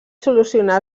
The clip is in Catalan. solucionar